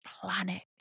planet